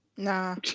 Nah